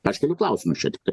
aš keliu klausimus čia tiktai